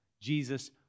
Jesus